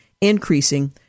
increasing